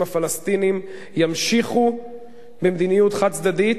הפלסטינים ימשיכו במדיניות חד-צדדית,